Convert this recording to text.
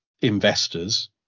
investors